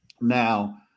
Now